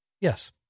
Yes